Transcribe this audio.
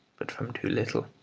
but from too little.